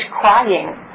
crying